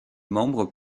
membres